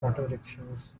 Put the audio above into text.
rickshaws